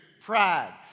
pride